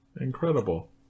Incredible